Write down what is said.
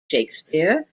shakespeare